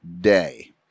day